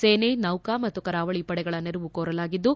ಸೇನೆ ನೌಕಾ ಮತ್ತು ಕರಾವಳಿ ಪಡೆಗಳ ನೆರವು ಕೋರಲಾಗಿದ್ಲು